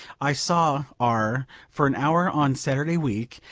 i saw r for an hour on saturday week,